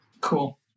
Cool